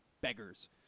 beggars